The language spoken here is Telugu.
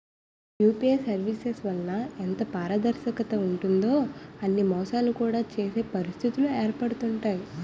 యూపీఐ సర్వీసెస్ వలన ఎంత పారదర్శకత ఉంటుందో అని మోసాలు కూడా చేసే పరిస్థితిలు ఏర్పడుతుంటాయి